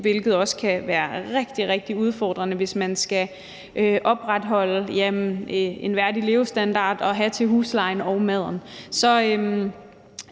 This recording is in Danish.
hvilket også kan være rigtig, rigtig udfordrende, hvis man skal opretholde en værdig levestandard og have til husleje og mad.